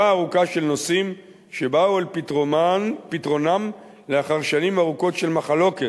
ארוכה של נושאים שבאו על פתרונם לאחר שנים ארוכות של מחלוקת.